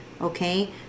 Okay